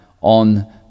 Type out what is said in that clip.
on